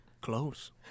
Close